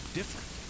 different